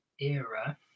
era